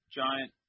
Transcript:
giant